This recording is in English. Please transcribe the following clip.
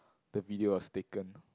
the video was taken